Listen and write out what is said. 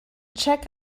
check